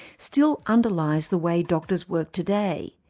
still underlies the way doctors work today,